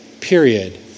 period